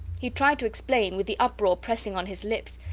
he tried to explain, with the uproar pressing on his lips.